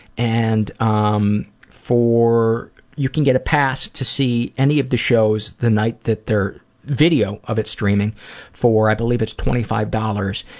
and um you can get a pass to see any of the shows the night that they're video of it streaming for i believe it's twenty five dollars,